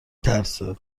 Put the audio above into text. ترسه